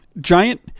giant